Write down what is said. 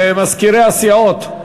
מזכירי הסיעות,